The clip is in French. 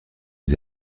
aux